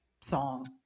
song